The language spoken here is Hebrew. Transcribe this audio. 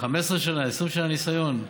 15 שנה, 20 שנה ניסיון?